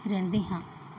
ਰਹਿੰਦੇ ਹਾਂ